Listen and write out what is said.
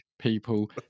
people